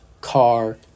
car